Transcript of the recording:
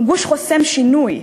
הוא גוש חוסם שינוי.